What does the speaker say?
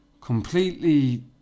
completely